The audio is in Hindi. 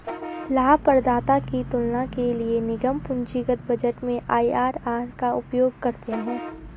लाभप्रदाता की तुलना के लिए निगम पूंजीगत बजट में आई.आर.आर का उपयोग करते हैं